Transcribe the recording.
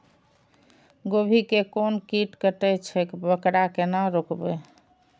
गोभी के कोन कीट कटे छे वकरा केना रोकबे?